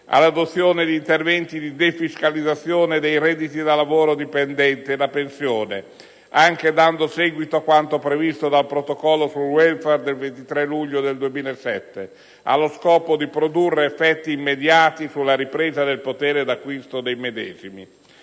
all'adozione di interventi di defiscalizzazione dei redditi da lavoro dipendente e da pensione, anche dando seguito a quanto previsto dal Protocollo sul *Welfare* del 23 luglio 2007, allo scopo di produrre effetti immediati sulla ripresa del potere d'acquisto dei medesimi;